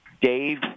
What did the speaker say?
Dave